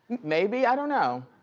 maybe, i don't know.